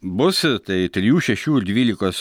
bus tai trijų šešių ir dvylikos